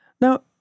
Now